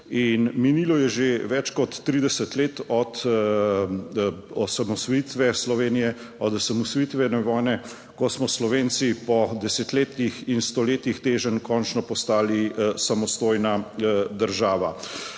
In minilo je že več kot 30 let od osamosvojitve Slovenije, od osamosvojitvene vojne, ko smo Slovenci po desetletjih in stoletjih teženj končno postali samostojna država.